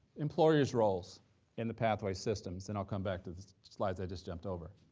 employers' roles in the pathways systems, and i'll come back to the slides i just jumped over.